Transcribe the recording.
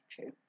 true